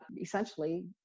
essentially